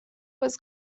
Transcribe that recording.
was